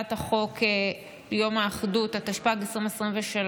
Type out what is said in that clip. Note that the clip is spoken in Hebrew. הצעת חוק יום האחדות, התשפ"ג 2023,